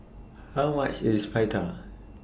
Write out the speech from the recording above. How much IS Pita